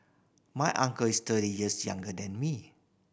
my uncle is thirty years younger than me